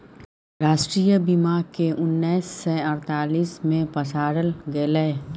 राष्ट्रीय बीमाक केँ उन्नैस सय अड़तालीस मे पसारल गेलै